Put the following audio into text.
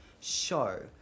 show